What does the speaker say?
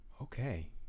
Okay